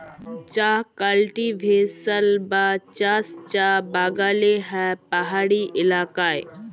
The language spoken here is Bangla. চাঁ কাল্টিভেশল বা চাষ চাঁ বাগালে হ্যয় পাহাড়ি ইলাকায়